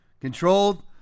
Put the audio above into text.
controlled